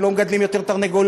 הם לא מגדלים יותר תרנגולות,